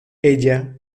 ella